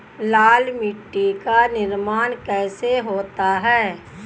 लाल मिट्टी का निर्माण कैसे होता है?